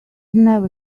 never